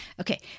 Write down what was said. Okay